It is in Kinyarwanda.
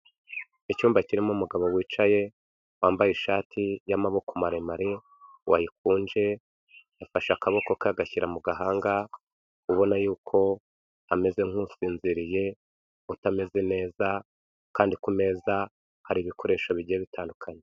Icyumba kirimo umugabo wicaye wambaye ishati y'amaboko maremare wayikunje, yafashe akaboko ke agashyira mu gahanga ubona yuko ameze nk'usinziriye, utameze neza kandi ku meza hari ibikoresho bigiye bitandukanye.